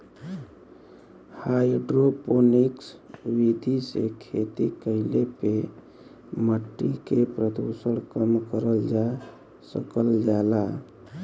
hydroponics विधि से खेती कईले पे मट्टी के प्रदूषण कम करल जा सकल जाला